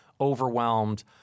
overwhelmed